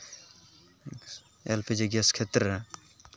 ᱮ ᱞ P G gas ᱠᱷᱮᱛᱛᱨᱮ ᱨᱮ